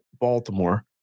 Baltimore